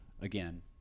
Again